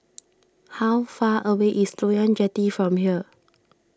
how far away is Loyang Jetty from here